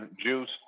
Juice